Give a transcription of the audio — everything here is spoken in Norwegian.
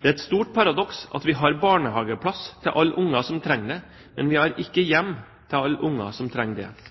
Det er et stort paradoks at vi har barnehageplass til alle barn som trenger det, men vi har ikke hjem til alle barn som trenger det.